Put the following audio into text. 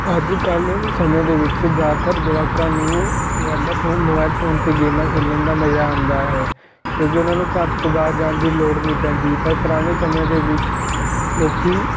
ਅੱਜ ਕੱਲ੍ਹ ਸਮੇਂ ਦੇ ਵਿੱਚ ਜ਼ਿਆਦਾਤਰ ਜਵਾਕਾਂ ਨੂੰ ਵੈਲਫੂਨ ਮੋਬਾਈਲ ਫੋਨ 'ਤੇ ਗੇਮਾਂ ਖੇਲਣ ਦਾ ਮਜ਼ਾ ਆਉਂਦਾ ਹੈ ਕਿਉਂਕਿ ਉਹਨਾਂ ਨੂੰ ਘਰ ਤੋਂ ਬਾਹਰ ਜਾਣ ਦੀ ਲੋੜ ਨਹੀਂ ਪੈਂਦੀ ਪਰ ਪੁਰਾਣੇ ਸਮਿਆਂ ਦੇ ਵਿੱਚ ਲੋਕ